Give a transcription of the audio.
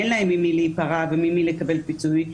אין להן ממי להיפרע וממי לקבל פיצוי,